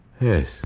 Yes